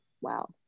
Wow